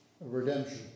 redemption